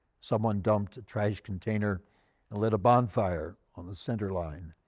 someone dumped a trash container and lit a bonfire on the center line,